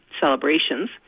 celebrations